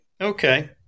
Okay